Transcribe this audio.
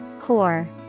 Core